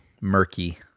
murky